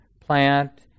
plant